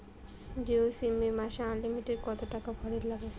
Jio SIM এ মাসে unlimited কত টাকা ভরের নাগে?